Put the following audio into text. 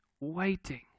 Waiting